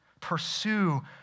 Pursue